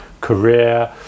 career